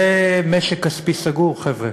זה משק כספי סגור, חבר'ה,